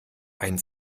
ein